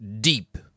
deep